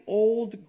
old